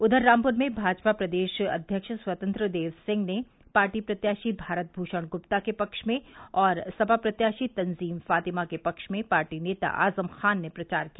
उधर रामपुर में भाजपा प्रदेश अध्यक्ष स्वतंत्र देव सिंह ने पार्टी प्रत्याशी भारत भूषण गुप्ता के पक्ष में और सपा प्रत्याशी तंजीम फातिमा के पक्ष में पार्टी नेता आजम खां ने प्रचार किया